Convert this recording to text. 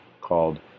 called